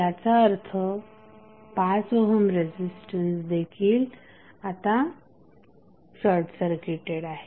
याचा अर्थ 5 ohm resistance देखील आता शॉर्टसर्किटेड आहे